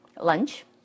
lunch